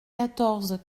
quatorze